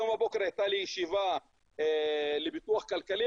היום בבוקר הייתה לי ישיבה לפיתוח כלכלי